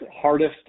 hardest